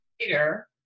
later